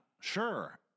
sure